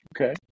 Okay